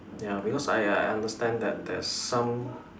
ya because I I understand that there's some